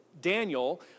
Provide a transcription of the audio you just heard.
Daniel